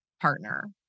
partner